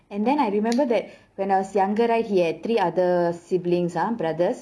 and then I remember that when I was younger right he had three other siblings ah brothers